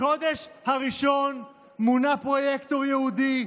בחודש הראשון מונה פרויקטור ייעודי,